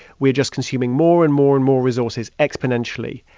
we're just consuming more and more and more resources exponentially.